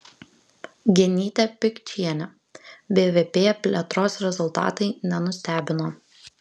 genytė pikčienė bvp plėtros rezultatai nenustebino